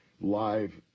live